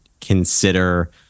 consider